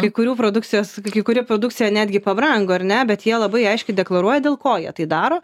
kai kurių produkcijos kai kuri produkcija netgi pabrango ar ne bet jie labai aiškiai deklaruoja dėl ko jie tai daro